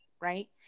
right